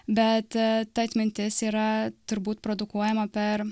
bet ta atmintis yra turbūt produkuojama per